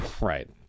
Right